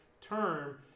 term